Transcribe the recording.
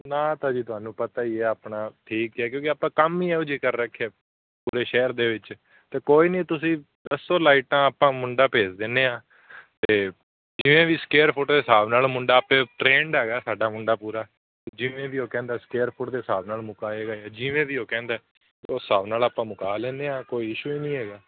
ਨਾਂ ਤਾਂ ਜੀ ਤੁਹਾਨੂੰ ਪਤਾ ਹੀ ਹੈ ਆਪਣਾ ਠੀਕ ਹੈ ਕਿਉਂਕਿ ਆਪਾਂ ਕੰਮ ਹੀ ਇਹੋ ਜਿਹੇ ਕਰ ਰੱਖਿਆ ਪੂਰੇ ਸ਼ਹਿਰ ਦੇ ਵਿੱਚ ਅਤੇ ਕੋਈ ਨਹੀਂ ਤੁਸੀਂ ਦੱਸੋ ਲਾਈਟਾਂ ਆਪਾਂ ਮੁੰਡਾ ਭੇਜ ਦਿੰਦੰ ਹਾਂ ਅਤੇ ਜਿਵੇਂ ਵੀ ਸਕੇਅਰ ਫੁੱਟ ਦੇ ਹਿਸਾਬ ਨਾਲ ਮੁੰਡਾ ਆਪੇ ਟਰੇਨਡ ਹੈਗਾ ਸਾਡਾ ਮੁੰਡਾ ਪੂਰਾ ਜਿਵੇਂ ਵੀ ਉਹ ਕਹਿੰਦਾ ਸਕੇਅਰ ਫੁੱਟ ਦੇ ਹਿਸਾਬ ਨਾਲ ਮੁਕਾਏਗਾ ਜਿਵੇਂ ਦੀ ਉਹ ਕਹਿੰਦਾ ਉਸ ਹਿਸਾਬ ਨਾਲ ਆਪਾਂ ਮੁਕਾ ਲੈਂਦੇ ਹਾਂ ਕੋਈ ਇਸ਼ੂ ਹੀ ਨਹੀਂ ਹੈਗਾ